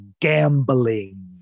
gambling